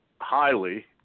highly